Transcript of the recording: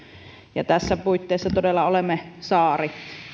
ja tässä puitteessa todella olemme saari